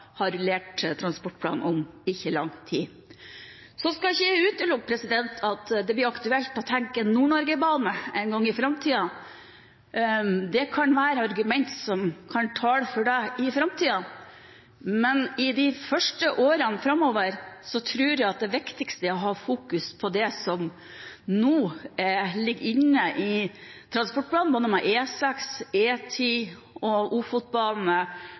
har, må dette sys sammen på et fornuftig vis. Dette er det viktig at vi ivaretar framover, både ut fra de prioriteringene vi gjør nå, og ikke minst når vi skal rullere transportplanen om ikke lang tid. Så skal jeg ikke utelukke at det blir aktuelt å tenke Nord-Norgebane en gang i framtiden. Det kan være argumenter som kan tale for det, i framtiden, men i de første årene framover tror jeg at det viktigste er